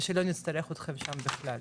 ושלא נצטרך אתכם שם בכלל.